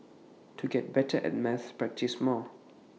to get better at maths practice more